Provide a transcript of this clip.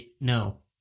no